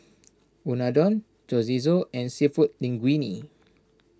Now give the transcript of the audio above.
Unadon Chorizo and Seafood Linguine